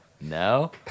no